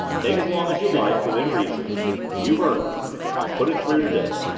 take as long as you like within reason you've earned it i'll put it through today.